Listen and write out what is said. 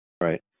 Right